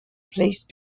placed